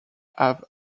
have